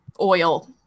oil